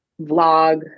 vlog